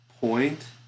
point